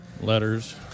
Letters